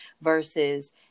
versus